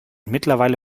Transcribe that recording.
mittlerweile